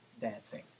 dancing